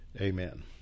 Amen